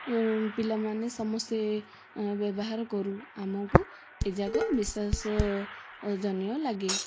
ପିଲାମାନେ ସମସ୍ତେ ବ୍ୟବହାର କରୁ ଆମକୁ ଏଯାକ ବିଶ୍ୱାସଜନୀୟ ଲାଗେ